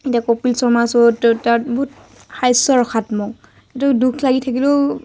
এতিয়া কপিল শৰ্মা শ্ব'টো তাত বহুত হাস্যৰসাত্মক এইটো দুখ লাগি থাকিলেও